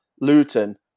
Luton